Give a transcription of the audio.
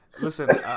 Listen